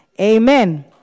Amen